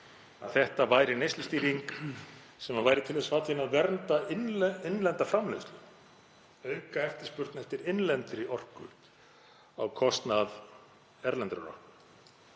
þetta væri neyslustýring sem væri til þess fallin að vernda innlenda framleiðslu og auka eftirspurn eftir innlendri orku á kostnað erlendrar orku.